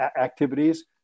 activities